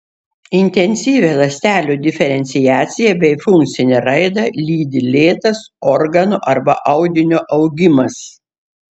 intensyvią ląstelių diferenciaciją bei funkcinę raidą lydi lėtas organo arba audinio augimas